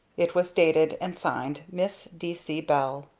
it was dated, and signed miss d. c. bell.